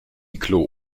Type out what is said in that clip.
klo